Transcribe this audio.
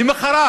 למוחרת